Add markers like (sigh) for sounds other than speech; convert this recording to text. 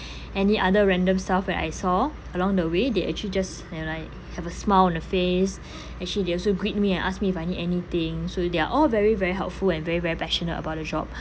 any other random staff when I saw along the way they actually just you know like have a smile on the face (breath) actually they also greet me and ask me if I need anything so they're all very very helpful and very very passionate about the job (breath)